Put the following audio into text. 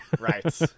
right